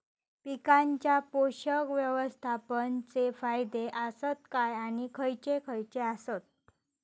पीकांच्या पोषक व्यवस्थापन चे फायदे आसत काय आणि खैयचे खैयचे आसत?